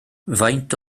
faint